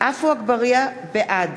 בעד